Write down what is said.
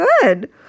good